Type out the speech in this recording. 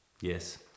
Yes